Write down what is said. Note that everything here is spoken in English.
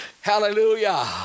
Hallelujah